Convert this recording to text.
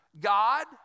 god